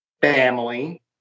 family